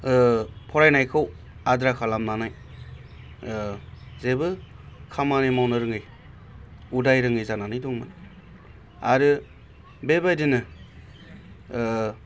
फरायनायखौ आद्रा खालामनानै जेबो खामानि मावनो रोङै उदायरोङै जानानै दंमोन आरो बेबादिनो